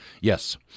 Yes